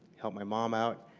help my mom out,